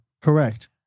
Correct